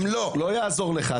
לא יעזור לך.